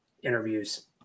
Interviews